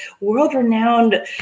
world-renowned